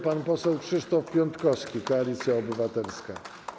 Pan poseł Krzysztof Piątkowski, Koalicja Obywatelska.